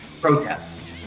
protest